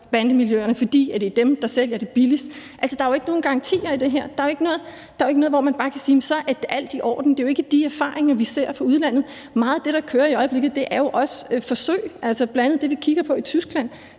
bandemiljøerne, fordi det er dem, der sælger det billigst? Altså, der er jo ikke nogen garantier i det her. Der er jo ikke noget, der gør, at man bare kan sige: Så er alt i orden. Det er jo ikke de erfaringer, vi ser fra udlandet. Meget af det, der kører i øjeblikket, er jo også forsøg. Bl.a. er det, vi kigger på i Tyskland,